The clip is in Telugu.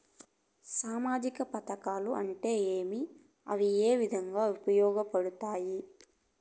సామాజిక పథకాలు అంటే ఏమి? ఇవి ఏ విధంగా ఉపయోగపడతాయి పడతాయి?